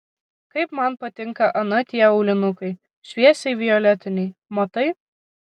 kaip man patinka ana tie aulinukai šviesiai violetiniai matai